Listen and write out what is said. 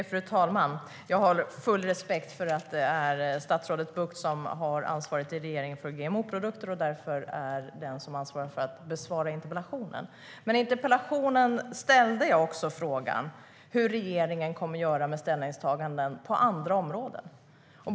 Fru talman! Jag har full respekt för att det är statsrådet Bucht som i regeringen har ansvaret för GMO-produkter och därför är den som besvarar interpellationen. I interpellationen ställde jag frågan hur regeringen kommer att göra med ställningstaganden på andra områden.